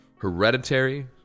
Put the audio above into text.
Hereditary